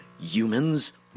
humans